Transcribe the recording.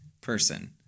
person